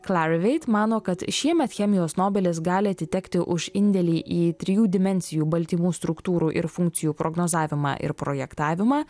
clarivate mano kad šiemet chemijos nobelis gali atitekti už indėlį į trijų dimensijų baltymų struktūrų ir funkcijų prognozavimą ir projektavimą